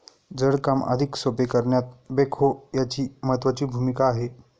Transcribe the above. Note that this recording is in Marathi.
जड काम अधिक सोपे करण्यात बेक्हो यांची महत्त्वाची भूमिका आहे